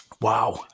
Wow